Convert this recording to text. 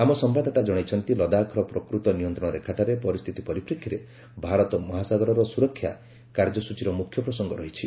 ଆମ ସମ୍ଘାଦଦାତା ଜଣାଇଛନ୍ତି ଲଦାଖର ପ୍ରକୃତ ନିୟନ୍ତ୍ରଣ ରେଖାଠାରେ ପରିସ୍ଥିତି ପରିପ୍ରେକ୍ଷୀରେ ଭାରତ ମହାସାଗରର ସୁରକ୍ଷା କାର୍ଯ୍ୟସ୍ରଚୀର ମୁଖ୍ୟ ପ୍ରସଙ୍ଗ ରହିଛି